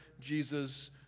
Jesus